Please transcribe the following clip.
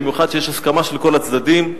במיוחד כשיש הסכמה של כל הצדדים,